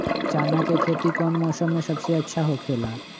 चाना के खेती कौन मौसम में सबसे अच्छा होखेला?